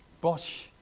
Bosch